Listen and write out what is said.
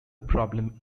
problem